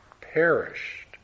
perished